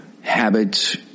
habits